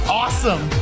awesome